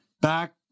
back